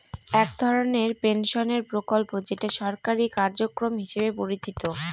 এক ধরনের পেনশনের প্রকল্প যেটা সরকারি কার্যক্রম হিসেবে পরিচিত